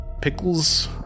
Pickles